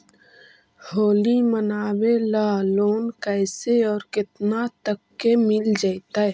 होली मनाबे ल लोन कैसे औ केतना तक के मिल जैतै?